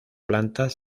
plantas